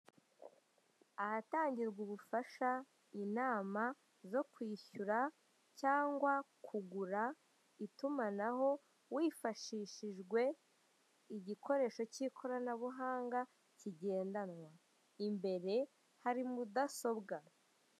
Ahatangirwa ubufasha, inama zo kwishyura cyangwa kugura itumanaho wifashishijwe igikoresho cy'ikoranabuhanga kigendanwa, imbere hari mudasobwa.